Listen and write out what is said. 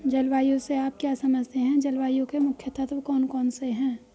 जलवायु से आप क्या समझते हैं जलवायु के मुख्य तत्व कौन कौन से हैं?